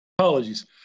Apologies